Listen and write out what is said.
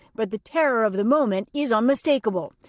but the terror of the moment is unmistakable.